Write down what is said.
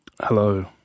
Hello